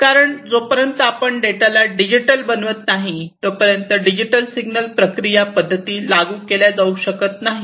कारण जोपर्यंत आपण डेटाला डिजिटल बनवत नाही तोपर्यंत डिजिटल सिग्नल प्रक्रिया पद्धती लागू केल्या जाऊ शकत नाहीत